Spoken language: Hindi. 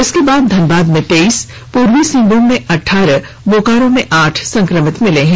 इसके बाद धनबाद में तेईस पूर्वी सिंहभूम में अठारह बोकारो में आठ संक्रमित मिले हैं